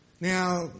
Now